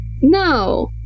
No